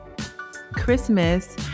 Christmas